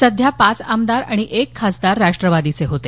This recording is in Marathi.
सध्या पाच आमदार आणि एक खासदार राष्ट्वादीचे होते